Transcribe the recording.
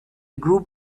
group